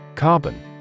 Carbon